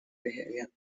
behavior